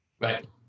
Right